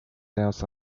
cells